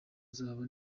zabo